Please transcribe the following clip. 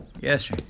Yes